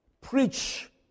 preach